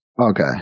Okay